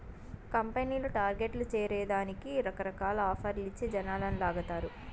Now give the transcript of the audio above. కంపెనీలు టార్గెట్లు చేరే దానికి రకరకాల ఆఫర్లు ఇచ్చి జనాలని లాగతారు